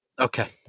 Okay